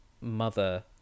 mother